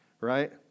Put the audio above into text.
Right